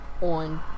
on